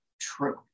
true